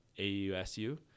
AUSU